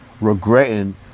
regretting